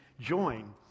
join